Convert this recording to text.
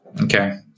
Okay